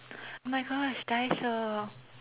oh my gosh Daiso